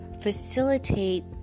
facilitate